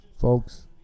folks